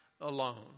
alone